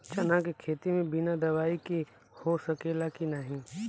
चना के खेती बिना दवाई के हो सकेला की नाही?